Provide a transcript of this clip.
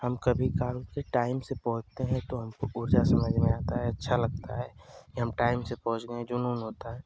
हम कभी काम पर टाइम से पहुँचते हैं तो हमको ऊँचा समझ में आता है अच्छा लगता है कि हम टाइम से पहुँच गए जुनून होता है